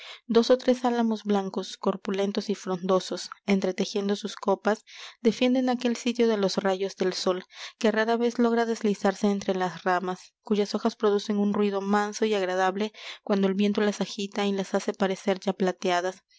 dos ó tres álamos blancos corpulentos y frondosos entretejiendo sus copas defienden aquel sitio de los rayos del sol que rara vez logra deslizarse entre las ramas cuyas hojas producen un ruido manso y agradable cuando el viento las agita y las hace parecer ya plateadas